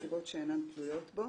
מסיבות שאינן תלויות בו,